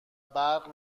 برق